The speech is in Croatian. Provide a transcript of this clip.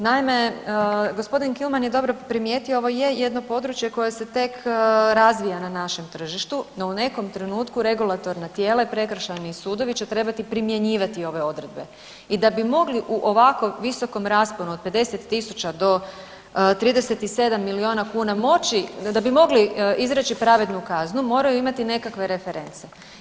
Naime, gospodin Kliman je dobro primijetio, ovo je jedno područje koje se tek razvija na našem tržištu, no u nekom trenutku regulatorna tijela i prekršajni sudovi će trebati primjenjivati ove odredbe i da bi mogli u ovako visokom rasponu od 50 tisuća do 37 milijuna kuna moći, da bi mogli izreći pravednu kaznu, moraju imati nekakve reference.